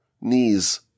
knees